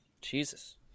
Jesus